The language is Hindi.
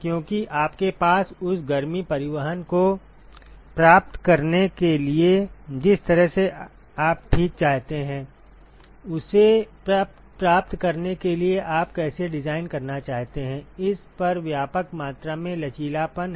क्योंकि आपके पास उस गर्मी परिवहन को प्राप्त करने के लिए जिस तरह से आप ठीक चाहते हैं उसे प्राप्त करने के लिए आप कैसे डिजाइन करना चाहते हैं इस पर व्यापक मात्रा में लचीलापन है